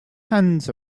hands